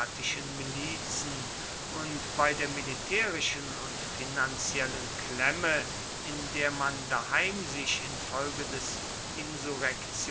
milizen und bei der militärischen und finanziellen klemme in der man daheim sich infolge des